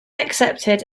accepted